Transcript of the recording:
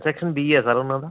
section B ਹੈ sir ਉਹਨਾਂ ਦਾ